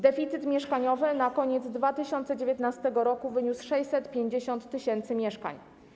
Deficyt mieszkaniowy na koniec 2019 r. wyniósł 650 tys. mieszkań.